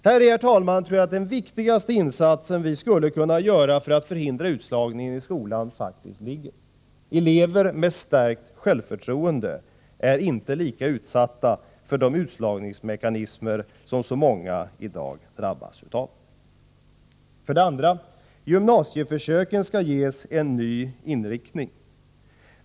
Häri, herr talman, tror jag att den viktigaste insatsen vi skulle kunna göra för att förhindra utslagningen i skolan faktiskt ligger. Elever med stärkt självförtroende är inte lika utsatta för de utslagningsmekanismer som så många i dag drabbas av. 2. Gymnasieförsöken skall ges en ny inriktning.